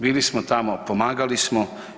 Bili smo tamo, pomagali smo.